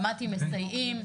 שמעתי מסייעים.